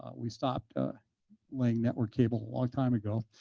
ah we stopped ah laying network cable a long time ago,